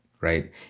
right